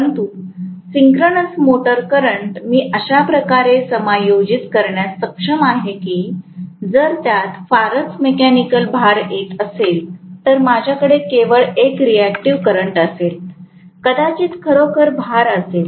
परंतु synchronous motor current मी अशा प्रकारे समायोजित करण्यास सक्षम आहे की जर त्यात फारच मेकॅनिकल भार येत असेल तर माझ्याकडे केवळ एक रिअॅक्टिव करंट असेल कदाचित खरोखरच भार असेल